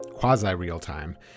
quasi-real-time